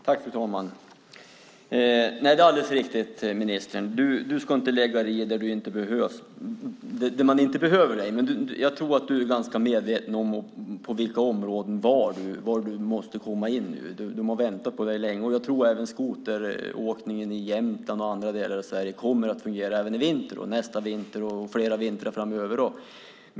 Fru talman! Det är alldeles riktigt, ministern, att du inte ska lägga dig i där man inte behöver dig. Jag tror att du är medveten om på vilka områden du måste komma in. Jag tror att skoteråkningen i Jämtland och andra delar av Sverige kommer att fungera även i vinter, nästa vinter och flera vintrar framöver.